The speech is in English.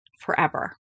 forever